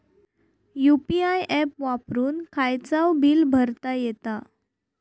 UPI app वापरून खायचाव bill भरता येता